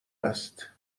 هست